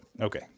Okay